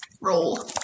Roll